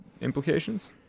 implications